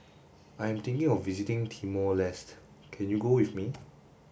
I am thinking of visiting Timor Leste can you go with me